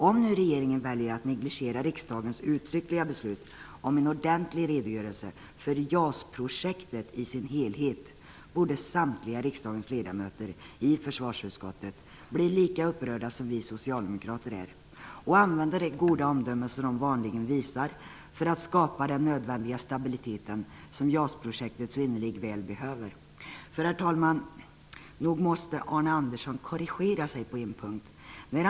Om nu regeringen väljer att negligera riksdagens uttryckliga beslut om en ordentlig redogörelse för JAS-projektet i dess helhet, borde samtliga ledamöter i försvarsutskottet bli lika upprörda som vi socialdemokrater och använda det goda omdöme som de vanligen visar för att skapa den nödvändiga stabilitet som så innerligt behövs för JAS Herr talman! Nog måste Arne Andersson korrigera sig på en punkt.